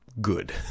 good